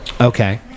Okay